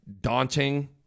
daunting